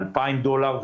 2,000 דולר,